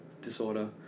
disorder